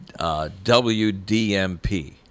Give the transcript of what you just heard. WDMP